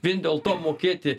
vien dėl to mokėti